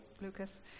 Lucas